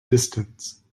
distance